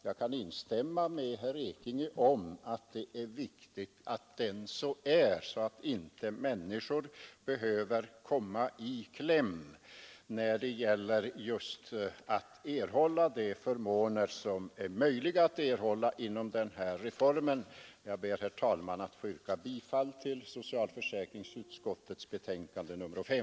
Jag kan hålla med herr Ekinge om att det är viktigt att den så är, så att inte människor behöver komma i kläm när det gäller just de förmåner som är möjliga att erhålla inom den här reformen. Jag ber, herr talman, att få yrka bifall till socialförsäkringsutskottets hemställan i dess betänkande nr 5.